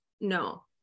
no